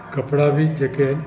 कपिड़ा बि जेके आहिनि